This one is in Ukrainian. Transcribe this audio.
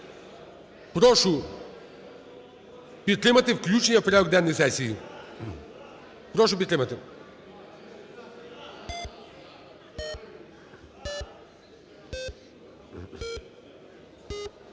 Прошу підтримати включення в порядок денний сесії. Прошу підтримати.